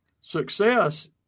success